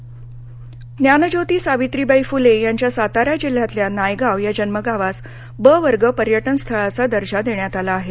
सावित्रीबाई फुले ज्ञानज्योती सावित्रीबाई फुले यांच्या सातारा जिल्ह्यातील नायगाव या जन्मगावास ब वर्ग पर्यटनस्थळाचा दर्जा देण्यात आला आहे